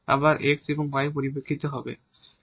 আবার x এবং y এর পরিপ্রেক্ষিতে হবে